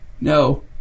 No